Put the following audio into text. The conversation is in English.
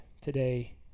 today